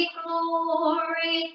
glory